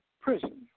prison